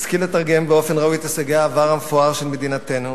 נשכיל לתרגם באופן ראוי את הישגי העבר המפואר של מדינתנו,